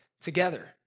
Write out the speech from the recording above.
together